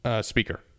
speaker